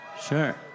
Sure